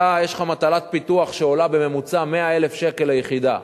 יש לך מטלת פיתוח שעולה בממוצע 100,000 שקל ליחידה,